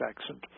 accent